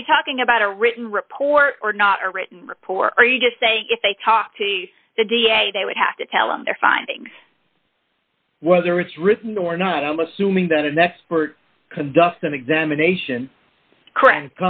are you talking about a written report or not a written report or you just say if they talked to the da they would have to tell them their findings whether it's written or not i'm assuming that an expert conducts an examination